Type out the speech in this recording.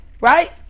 Right